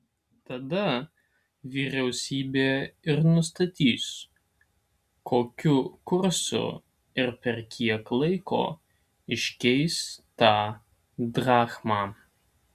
tada vyriausybė ir nustatys kokiu kursu ir per kiek laiko iškeis tą drachmą